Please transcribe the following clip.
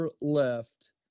left